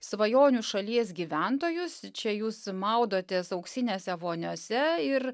svajonių šalies gyventojus čia jūs maudotės auksinėse voniose ir